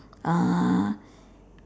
uh